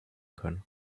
können